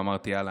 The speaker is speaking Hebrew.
ואמרתי: יאללה,